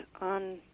on